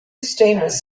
steamers